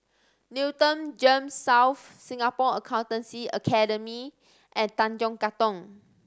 Newton GEMS South Singapore Accountancy Academy and Tanjong Katong